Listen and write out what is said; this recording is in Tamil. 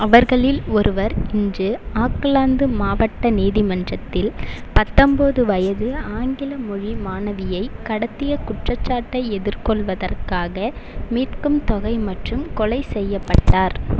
அவர்களில் ஒருவர் இன்று ஆக்லாந்து மாவட்ட நீதிமன்றத்தில் பத்தொன்பது வயது ஆங்கில மொழி மாணவியை கடத்திய குற்றச்சாட்டை எதிர்கொள்வதற்காக மீட்கும் தொகை மற்றும் கொலை செய்யப்பட்டார்